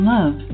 Love